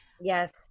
yes